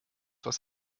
was